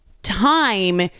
time